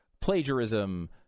Plagiarism